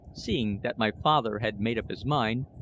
seeing that my father had made up his mind,